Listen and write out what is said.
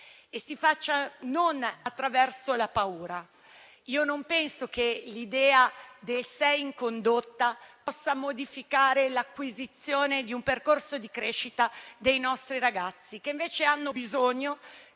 si faccia così e non attraverso la paura. Non credo che l'idea del 6 in condotta possa modificare l'acquisizione di un percorso di crescita dei nostri ragazzi, che invece hanno bisogno